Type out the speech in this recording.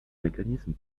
mécanisme